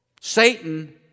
Satan